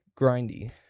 grindy